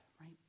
right